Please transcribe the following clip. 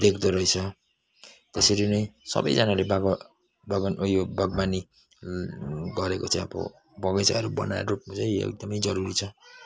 देख्दो रहेछ त्यसरी नै सबैजनाले बागव बागवान उयो बागवानी गरेको चाहिँ अब बगैँचाहरू बनाएर रोप्नु चाहिँ एकदमै जरुरी छ